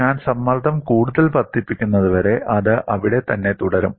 ഞാൻ സമ്മർദ്ദം കൂടുതൽ വർദ്ധിപ്പിക്കുന്നതുവരെ അത് അവിടെ തന്നെ തുടരും